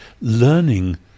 learning